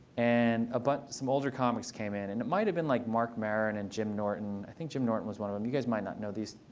and ah but some older comics came in. and it might have been like mark maron and jim norton. i think jim norton was one of them. you guys might not know these.